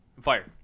fire